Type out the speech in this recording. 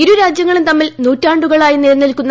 ഇരു ക്ക രാജ്യങ്ങളും തമ്മിൽ നൂറ്റാണ്ടുകളായി നിലനിൽക്കൂന്ന്